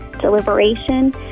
deliberation